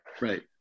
Right